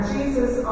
Jesus